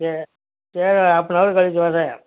சரி சரி ஹாஃப்னவர் கழித்து வரேன்